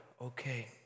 okay